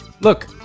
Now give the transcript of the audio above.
Look